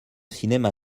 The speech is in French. cinéma